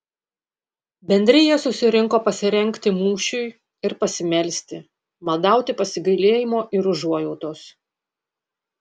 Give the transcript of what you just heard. bendrija susirinko pasirengti mūšiui ir pasimelsti maldauti pasigailėjimo ir užuojautos